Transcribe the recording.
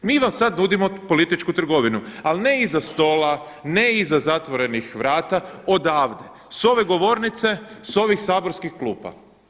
Mi vam sada nudimo političku trgovinu ali ne iza stola, ne iza zatvorenih vrata, odavde sa ove govornice, sa ovih saborskih klupa.